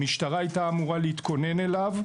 המשטרה הייתה אמורה להתכונן אליו,